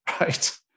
right